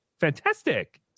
fantastic